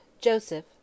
Joseph